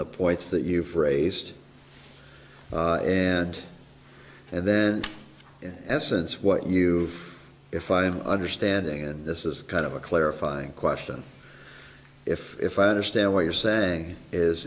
the points that you phrased and then in essence what you if i'm understanding and this is kind of a clarifying question if if i understand what you're saying is